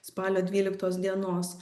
spalio dvyliktos dienos